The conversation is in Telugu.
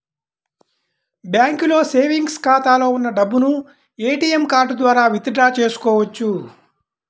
బ్యాంకులో సేవెంగ్స్ ఖాతాలో ఉన్న డబ్బును ఏటీఎం కార్డు ద్వారా విత్ డ్రా చేసుకోవచ్చు